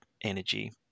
energy